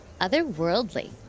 Otherworldly